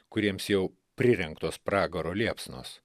kuriems jau prirengtos pragaro liepsnos